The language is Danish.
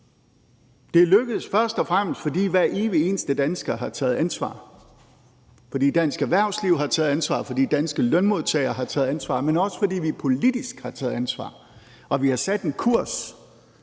er lykkedes, først og fremmest fordi hver evig eneste dansker har taget ansvar, fordi dansk erhvervsliv har taget ansvar, fordi danske lønmodtagere har taget ansvar, men også fordi vi politisk har taget ansvar og har sat en kurs